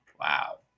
Wow